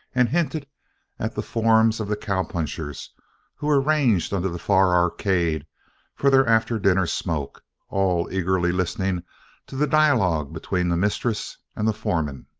and hinted at the forms of the cowpunchers who were ranged under the far arcade for their after-dinner smoke, all eagerly listening to the dialogue between the mistress and the foreman.